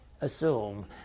assume